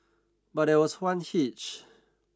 but there was one hitch